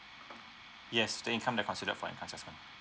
yes the income that consider for assessment